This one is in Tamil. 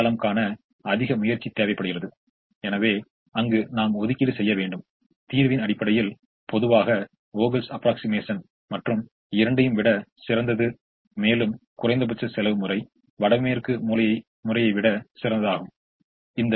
இப்போது ஒதுக்கப்படாத இந்த நிலைகளில் எதையாவது கொண்டு பொறுத்த முயற்சி செய்வது நன்மையா என்பதை நாம் சரிபார்க்க வேண்டும் ஒதுக்கப்பட்ட நிலையைப் பயன்படுத்தி us மற்றும் vs பெறுகிறோம் மேலும் இப்போது அதன் ஒதுக்கப்படாத நிலையையும் காண விரும்புகிறோம்